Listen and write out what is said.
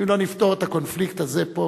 אם לא נפתור את הקונפליקט הזה פה,